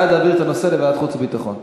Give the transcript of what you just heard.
בעד להעביר את הנושא לוועדת החוץ והביטחון.